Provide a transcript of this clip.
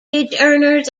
earners